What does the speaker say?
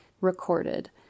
recorded